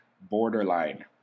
Borderline